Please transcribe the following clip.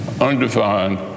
undefined